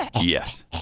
Yes